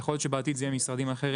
יכול להיות שבעתיד זה יהיה משרדים אחרים.